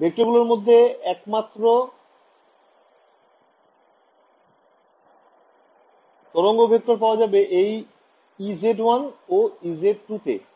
ভেক্টরগুলোর মধ্যে একমাত্র তরঙ্গ ভেক্টর পাওয়া যাবে এই ez1 ও ez2 তে